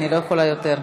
אני לא יכולה יותר.